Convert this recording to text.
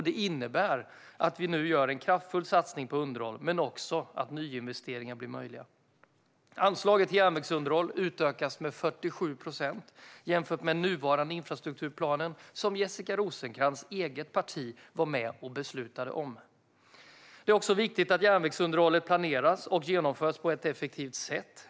Det innebär att vi nu gör en kraftfull satsning på underhåll men också att nyinvesteringar blir möjliga. Anslaget till järnvägsunderhåll utökas med 47 procent jämfört med den nuvarande infrastrukturplanen som Jessica Rosencrantz eget parti var med och beslutade om. Det är också viktigt att järnvägsunderhållet planeras och genomförs på ett effektivt sätt.